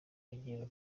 ugiye